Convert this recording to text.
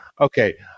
Okay